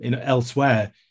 elsewhere